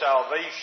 salvation